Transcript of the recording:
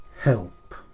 help